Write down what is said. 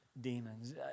demons